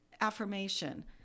affirmation